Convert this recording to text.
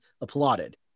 applauded